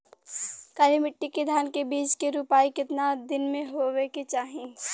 काली मिट्टी के धान के बिज के रूपाई कितना दिन मे होवे के चाही?